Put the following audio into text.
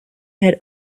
had